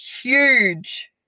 huge